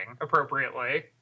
appropriately